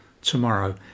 tomorrow